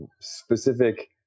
specific